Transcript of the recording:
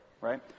right